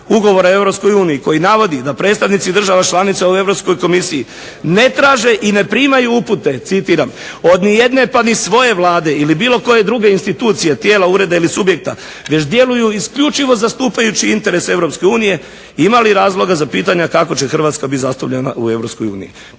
Ugovora o EU koji navodi da predstavnici država članica u Europskoj komisiji ne traže i ne primaju upute "od nijedne pa ni svoje vlade ili bilo koje druge institucije, tijela, ureda ili subjekta već djeluju isključivo zastupajući interese EU". Ima li razloga za pitanja kako će Hrvatska biti zastupljena u EU?